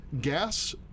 Gas